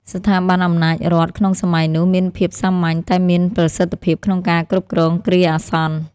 ស្ថាប័នអំណាចរដ្ឋក្នុងសម័យនោះ មានភាពសាមញ្ញតែមានប្រសិទ្ធភាពក្នុងការគ្រប់គ្រងគ្រាអាសន្ន។